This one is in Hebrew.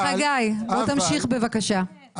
חגי, תמשיך בבקשה.